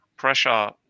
pressure